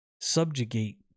subjugate